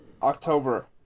October